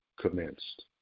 commenced